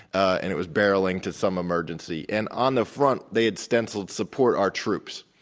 and it was barreling to some emergency. and on the front, they had stenciled support our troops,